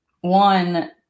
One